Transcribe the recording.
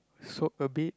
soak a bit